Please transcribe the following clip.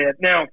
now